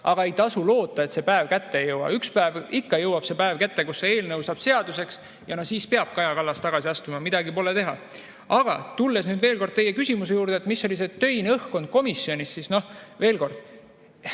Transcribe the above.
Aga ei tasu loota, et see päev kätte ei jõua. Ükspäev ikka jõuab kätte päev, kui see eelnõu saab seaduseks, ja siis peab Kaja Kallas tagasi astuma, midagi pole teha. Aga tulles nüüd veel kord teie küsimuse juurde, mis puudutas töist õhkkonda komisjonis, siis heita